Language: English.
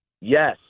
Yes